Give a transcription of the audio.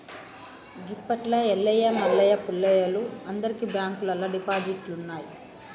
గిప్పట్ల ఎల్లయ్య మల్లయ్య పుల్లయ్యలు అందరికి బాంకుల్లల్ల డిపాజిట్లున్నయ్